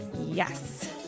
Yes